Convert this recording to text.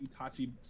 Itachi